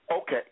Okay